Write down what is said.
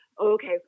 okay